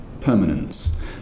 permanence